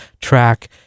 track